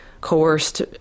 coerced